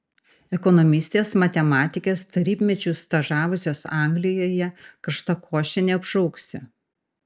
ekonomistės matematikės tarybmečiu stažavusios anglijoje karštakoše neapšauksi